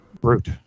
Brute